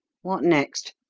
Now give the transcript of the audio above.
what next?